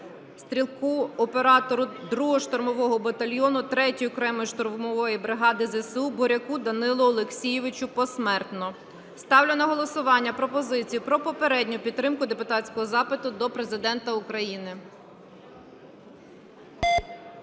стрільцю-оператору 2-го штурмового батальйону 3-ї окремої штурмової бригади ЗСУ Буряку Данилу Олексійовичу (посмертно). Ставлю на голосування пропозицію про попередню підтримку депутатського запиту до Президента України.